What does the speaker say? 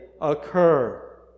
occur